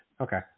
Okay